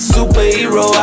Superhero